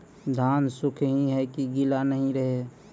धान सुख ही है की गीला नहीं रहे?